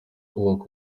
kubaka